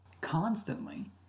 constantly